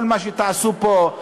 כל מה שתעשו פה,